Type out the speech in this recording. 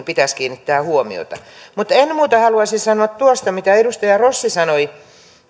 pitäisi kiinnittää huomiota mutta ennen muuta haluaisin sanoa tuosta mitä edustaja rossi sanoi